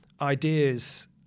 ideas